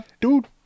Dude